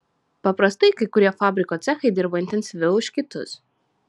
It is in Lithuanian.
paprastai kai kurie fabriko cechai dirba intensyviau už kitus